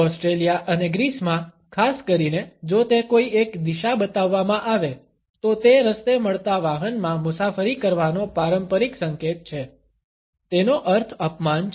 Australia અને ગ્રીસમાં ખાસ કરીને જો તે કોઈ એક દિશા બતાવવામાં આવે તો તે રસ્તે મળતા વાહનમાં મુસાફરી કરવાનો પારંપરિક સંકેત છે તેનો અર્થ અપમાન છે